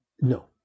No